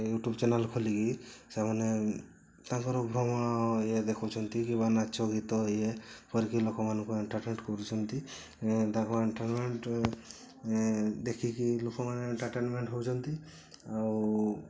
YouTube channel ଖୋଲିକି ସେମାନେ ତାଙ୍କର ଭ୍ରମଣ ଇଏ ଦେଖାଉଛନ୍ତି କିମ୍ବା ନାଚ ଗୀତ ଏଇୟା କରିକି ଲୋକମାନଙ୍କୁ ଏଣ୍ଟରଟେନମେଣ୍ଟ୍ କରୁଛନ୍ତି ତାଙ୍କୁ ଏଣ୍ଟରଟେନମେଣ୍ଟ୍ ଦେଖିକି ଲୋକମାନେ ଏଣ୍ଟରଟେନମେଣ୍ଟ୍ ହେଉଛନ୍ତି ଆଉ